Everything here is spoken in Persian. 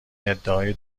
ادعای